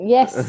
Yes